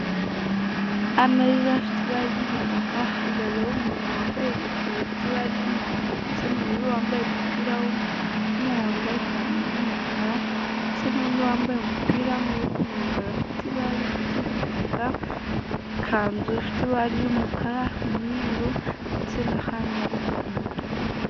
Ameza afite ibara ry'igitaka ahagazeho umuntu wambaye ingofero ifite ibara ry'umuhondo ndetse n'ubururu, wambaye umupira w'umuhondo, ipantaro y'umukara ndetse n'undi wambaye umupira w'amaboko maremare afite ibara ry'igitaka, ikanzu ifite ibara ry'umukara, umweru ndetse nahandi harimo umutuku.